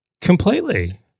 Completely